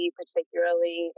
particularly